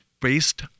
based